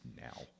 Now